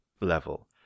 level